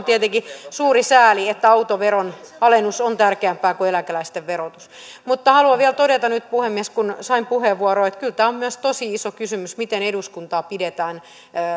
tietenkin suuri sääli että autoveron alennus on tärkeämpää kuin eläkeläisten verotus mutta haluan vielä todeta nyt puhemies kun sain puheenvuoron että kyllä tämä on myös tosi iso kysymys miten eduskuntaa pidetään